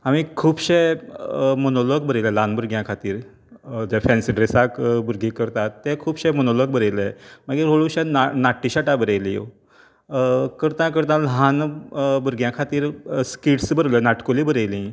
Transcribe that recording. हांवे खुबशे मॉनोलाॅग बरयल्या ल्हान भुरग्यां खातीर जें फेन्सी ड्रेसाक भुरगीं करतात तें खूबशे मॉनोलाॅग बरयले मागीर हळूशें नाट्यछटा बरयलीं करतां करतां ल्हान भुरग्यां खातीर स्किट्स बरयल्यो नाटकुलीं बरयलीं